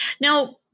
now